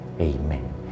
Amen